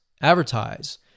advertise